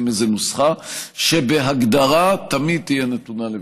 איזו נוסחה שבהגדרה תמיד תהיה נתונה לוויכוח.